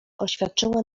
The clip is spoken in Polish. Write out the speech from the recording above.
oświadczyła